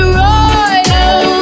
royal